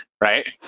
right